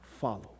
follow